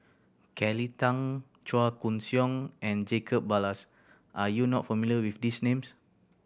Kelly Tang Chua Koon Siong and Jacob Ballas are you not familiar with these names